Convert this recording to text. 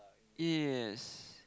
yes